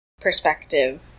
perspective